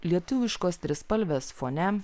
lietuviškos trispalvės fone